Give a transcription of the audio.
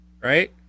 right